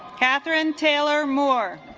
catherine taylor more